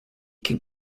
can